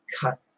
cut